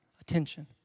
Attention